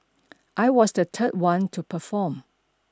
I was the third one to perform